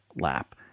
lap